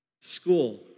School